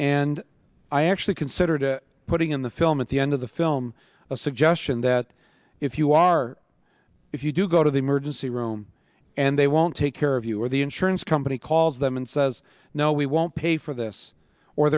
and i actually considered putting in the film at the end of the film a suggestion that if you are if you do go to the emergency room and they won't take care of you or the insurance company calls them and says no we won't pay for this or